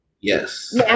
Yes